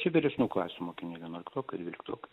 čia vyresnių klasių mokiniai vienuoliktokai dvyliktokai